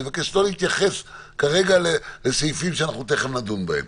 אני מבקש לא להתייחס כרגע לסעיפים שאנחנו תכף נדון בהם.